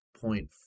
point